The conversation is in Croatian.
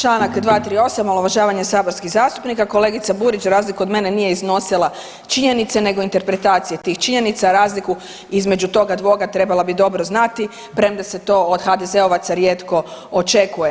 Čl. 238. omalovažavanje saborskih zastupnika, kolegica Burić za razliku od mene nije iznosila činjenice nego interpretacije tih činjenica, razliku između toga dvoga trebala bi dobro znati, premda se to od HDZ-ovaca rijetko očekuje.